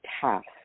task